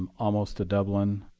almost to dublin,